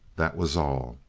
that was all.